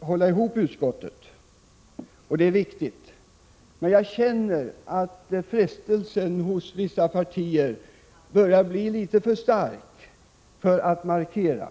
hålla ihop utskottet, och det är viktigt. Men jag känner att frestelsen hos vissa partier att börja göra markeringar börjar bli litet för stor.